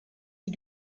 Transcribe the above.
you